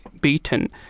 beaten